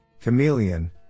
Chameleon